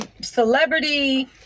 Celebrity